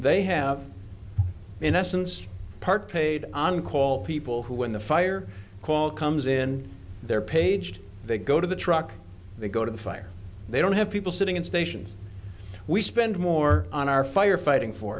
they have in essence part paid on call people who when the fire call comes in their paged they go to the truck they go to the fire they don't have people sitting in stations we spend more on our fire fighting for